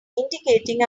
indicating